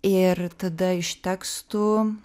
ir tada iš tekstų